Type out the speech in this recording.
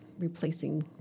replacing